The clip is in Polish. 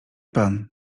pan